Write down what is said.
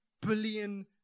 billion